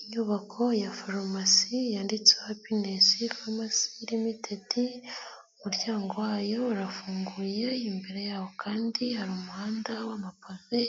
Inyubako ya farumasi yanditseho Happiness Pharmacy Limited, umuryango wayo urafunguye, imbere yawo kandi hari umuhanda w'amapave,